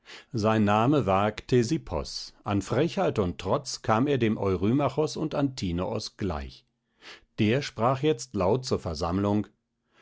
sein name war ktesippos an frechheit und trotz kam er dem eurymachos und antinoos gleich der sprach jetzt laut zur versammlung